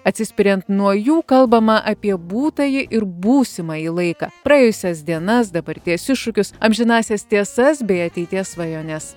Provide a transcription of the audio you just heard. atsispiriant nuo jų kalbama apie būtąjį ir būsimąjį laiką praėjusias dienas dabarties iššūkius amžinąsias tiesas bei ateities svajones